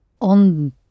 On